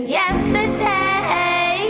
yesterday